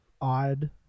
odd